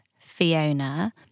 Fiona